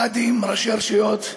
קאדים, ראשי רשויות,